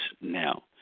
now